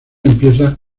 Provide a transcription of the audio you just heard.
empieza